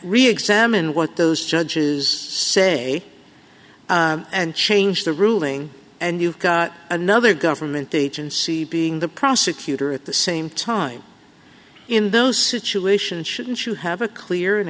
re examine what those judges say and change the ruling and you've got another government agency being the prosecutor at the same time in those situations shouldn't you have a clear and